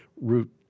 Route